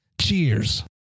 Cheers